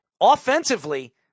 offensively